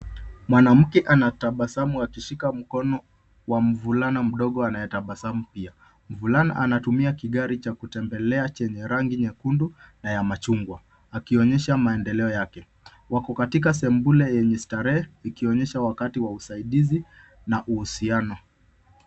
Mwanamke anatabasamu akishika mkono wa mvulana mdogo anayetabasamu pia. Mvulana anatumia kigari cha kutembelea chenye rangi nyekundu na ya machungwa akionyesha maendeleo yake. Wako katika sebule yenye starehe ikionyesha wakati wa usaidizi na uhusiano.